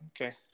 okay